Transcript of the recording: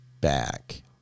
back